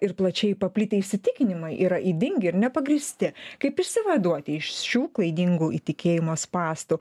ir plačiai paplitę įsitikinimai yra ydingi ir nepagrįsti kaip išsivaduoti iš šių klaidingų įtikėjimo spąstų